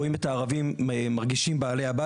למה זה לא קורה?